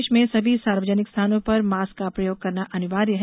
प्रदेश में सभी सार्वजनिक स्थानों पर मास्क का प्रयोग करना अनिवार्य है